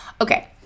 okay